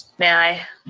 may i?